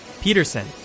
peterson